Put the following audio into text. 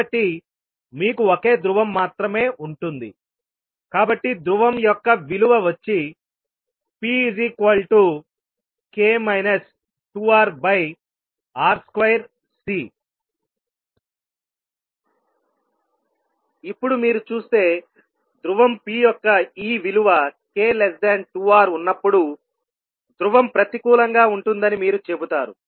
కాబట్టి మీకు ఒకే ధ్రువం మాత్రమే ఉంటుంది కాబట్టి ధ్రువం యొక్క విలువ వచ్చి pk 2RR2C ఇప్పుడు మీరు చూస్తే ధ్రువం P యొక్క ఈ విలువ k2R ఉన్నప్పుడు ధ్రువం ప్రతికూలంగా ఉంటుందని మీరు చెబుతారు